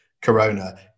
Corona